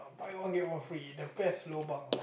buy one get one free the best lobang